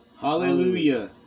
Hallelujah